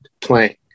playing